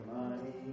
Money